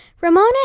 Ramona